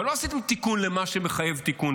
אבל לא עשיתם תיקון למה שמחייב תיקון,